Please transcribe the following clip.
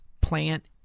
plant